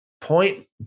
point